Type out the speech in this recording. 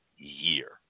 year